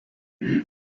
beth